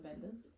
vendors